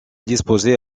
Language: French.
disposait